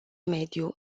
mediu